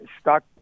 stuck